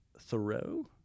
Thoreau